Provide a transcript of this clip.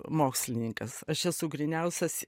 mokslininkas aš esu gryniausias